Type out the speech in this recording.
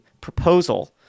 proposal